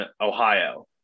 Ohio